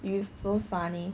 you so funny